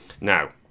Now